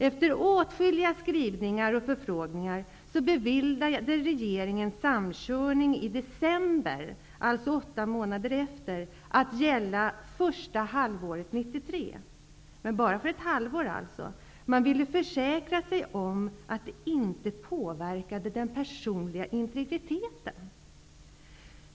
Efter åtskilliga skrivningar och förfrågningar beviljade regeringen i december samkörning -- åtta månader efter -- att gälla första halvåret 1993. Det skulle alltså bara gälla för ett halvår. Man ville försäkra sig om att det inte påverkade den personliga integriteten.